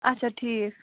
اَچھا ٹھیٖک